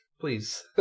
please